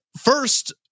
first